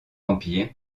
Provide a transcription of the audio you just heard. empire